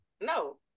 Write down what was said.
No